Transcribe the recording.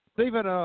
Stephen